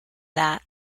that